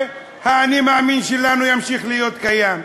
וה"אני מאמין" שלנו ימשיך להתקיים.